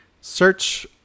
Search